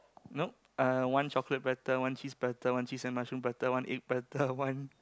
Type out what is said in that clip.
nope uh one chocolate prata one cheese prata one cheese and mushroom prata one egg prata one